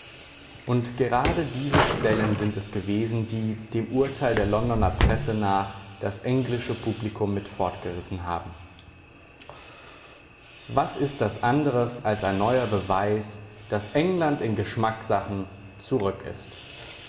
und gerade diese stellen sind es gewesen die dem urteil der londoner presse nach das englische publikum mit fortgerissen haben was ist das anders als ein neuer beweis daß england in geschmacksachen zurück ist